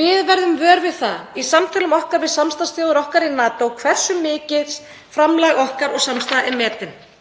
Við verðum vör við það í samtölum okkar við samstarfsþjóðir okkar í NATO hversu mikils framlag okkar og samstaða er metið.